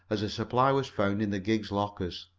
as a supply was found in the gig's lockers.